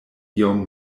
iom